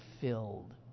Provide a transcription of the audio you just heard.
filled